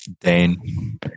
Dane